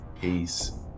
peace